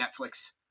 Netflix